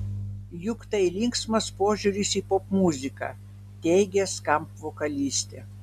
juk tai linksmas požiūris į popmuziką teigė skamp vokalistė